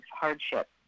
hardship